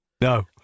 No